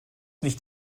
nicht